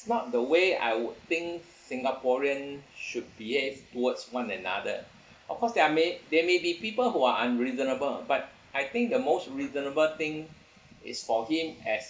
not the way I would think singaporean should behave towards one another of course there are ma~ there may be people who are unreasonable but I think the most reasonable thing is for him as